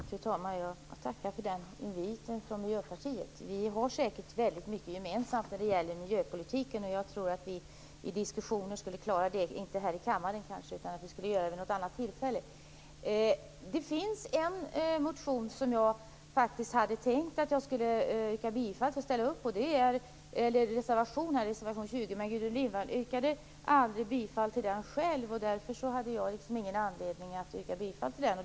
Fru talman! Jag tackar för den inviten från Miljöpartiet. Vi har säkert väldigt mycket gemensamt när det gäller miljöpolitiken. Jag tror att vi i diskussioner skulle klara det, inte kanske här i kammaren utan vid något annat tillfälle. Det finns en reservation som jag faktiskt hade tänkt yrka bifall till, och det är reservation 20. Men Gudrun Lindvall yrkade aldrig bifall till den själv, och därför hade jag ingen anledning att göra det heller.